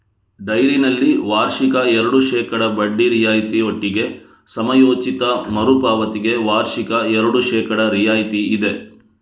ಡೈರಿನಲ್ಲಿ ವಾರ್ಷಿಕ ಎರಡು ಶೇಕಡಾ ಬಡ್ಡಿ ರಿಯಾಯಿತಿ ಒಟ್ಟಿಗೆ ಸಮಯೋಚಿತ ಮರು ಪಾವತಿಗೆ ವಾರ್ಷಿಕ ಎರಡು ಶೇಕಡಾ ರಿಯಾಯಿತಿ ಇದೆ